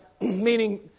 meaning